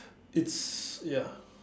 it's ya